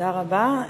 תודה רבה.